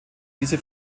diese